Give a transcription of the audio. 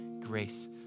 grace